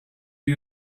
you